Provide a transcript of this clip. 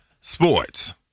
sports